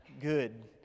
good